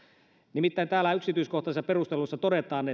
nimittäin täällä yksityiskohtaisissa perusteluissa todetaan